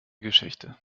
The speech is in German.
geschichte